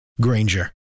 Granger